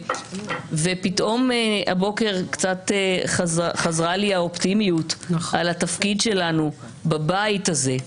ופתאום הבוקר קצת חזרה לי האופטימיות על התפקיד שלנו בבית הזה,